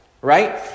right